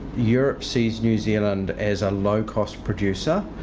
europe sees new zealand as a low-cost producer,